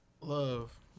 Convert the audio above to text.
Love